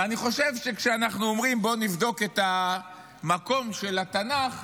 ואני חושב שכשאנחנו אומרים: בואו נבדוק את המקום של התנ"ך,